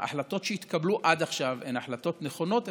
ההחלטות שהתקבלו עד עכשיו הן החלטות נכונות,